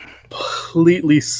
Completely